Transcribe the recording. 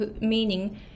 meaning